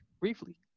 briefly